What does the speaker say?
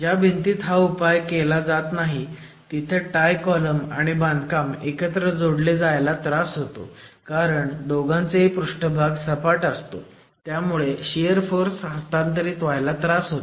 ज्या भिंतीत हा उपाय केला जात नाही तिथं टाय कॉलम आणि बांधकाम एकत्र जोडले जायला त्रास होतो कारण दोघांचाही पृष्ठभाग सपाट असतो त्यामुळे शियर फोर्स हस्तांतरित व्हायला त्रास होतो